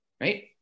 right